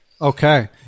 Okay